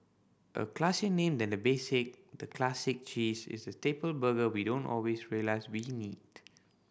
a classier name than the basic the Classic Cheese is the staple burger we don't always realise we need